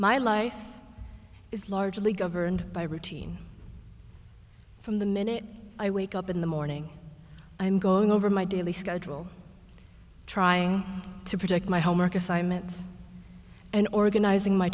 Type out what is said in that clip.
my life is largely governed by routine from the minute i wake up in the morning i'm going over my daily schedule trying to protect my homework assignments and organizing my